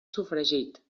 sofregit